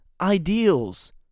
ideals